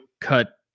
cut